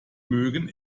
mögen